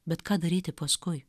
bet ką daryti paskui